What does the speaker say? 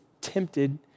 tempted